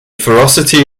ferocity